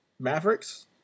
Mavericks